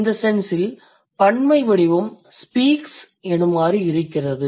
இந்த சென்ஸ் இல் பன்மை வடிவம் speaks எனுமாறு இருக்கிறது